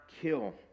kill